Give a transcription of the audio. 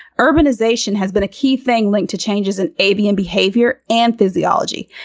urbanization has been a key thing linked to changes in avian behavior and physiology,